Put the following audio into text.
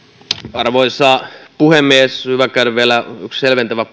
arvoisa puhemies on hyvä käydä vielä selventävä